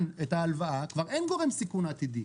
את ההלוואה כבר אין גורם סיכון עתידי,